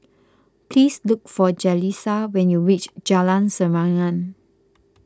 please look for Jalissa when you reach Jalan Serengam